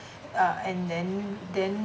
uh and then then